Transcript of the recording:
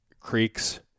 creeks